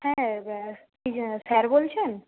হ্যাঁ স্যার বলছেন